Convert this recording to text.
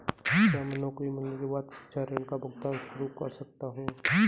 क्या मैं नौकरी मिलने के बाद शिक्षा ऋण का भुगतान शुरू कर सकता हूँ?